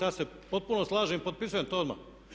Ja se potpuno slažem i potpisujem to odmah.